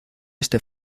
este